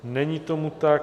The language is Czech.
Není tomu tak.